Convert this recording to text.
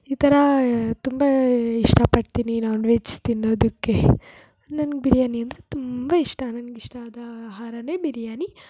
ಈ ಥರ ತುಂಬ ಇಷ್ಟಪಡ್ತೀನಿ ನಾನ್ವೆಜ್ ತಿನ್ನೋದಕ್ಕೆ ನನ್ಗೆ ಬಿರ್ಯಾನಿ ಅಂದರೆ ತುಂಬ ಇಷ್ಟ ನನ್ಗೆ ಇಷ್ಟ ಆದ ಆಹಾರವೇ ಬಿರ್ಯಾನಿ